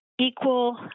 equal